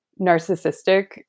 narcissistic